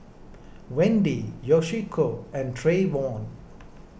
Wendy Yoshiko and Trayvon